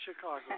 Chicago